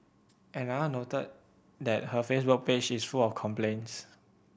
another noted that her Facebook page is full of complaints